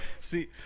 see